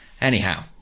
Anyhow